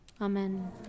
Amen